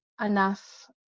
enough